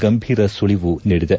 ಗಂಭೀರ ಸುಳಿವು ನೀಡಿದೆ